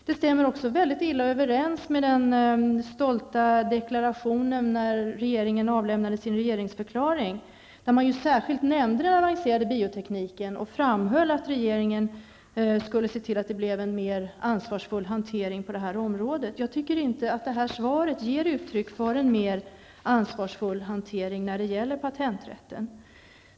Det stämmer också mycket illa överens med den stolta regeringsdeklarationen, där regeringen särskilt nämnde den avancerade biotekniken och framhöll att regeringen skulle se till att det blev en mer ansvarsfull hantering på det området. Jag tycker inte att detta svar ger uttryck för en mer ansvarsfull hantering när det gäller patenträtten.